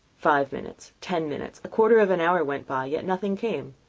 five minutes, ten minutes, a quarter of an hour went by, yet nothing came.